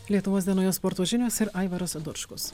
lietuvos dienoje sporto žinios ir aivaras dočkus